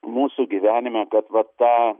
mūsų gyvenime kad vat tą